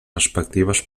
respectives